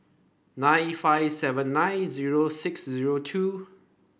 nine five seven nine zero six zero two